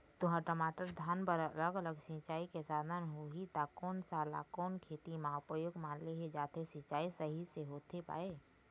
तुंहर, टमाटर, धान बर अलग अलग सिचाई के साधन होही ता कोन सा ला कोन खेती मा उपयोग मा लेहे जाथे, सिचाई सही से होथे पाए?